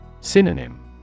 Synonym